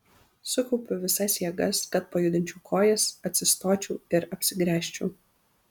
sukaupiu visas jėgas kad pajudinčiau kojas atsistočiau ir apsigręžčiau